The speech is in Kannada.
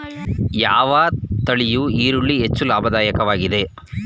ಯಾವ ತಳಿಯ ಈರುಳ್ಳಿ ಹೆಚ್ಚು ಲಾಭದಾಯಕವಾಗಿದೆ?